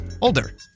Older